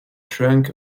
trunk